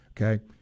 Okay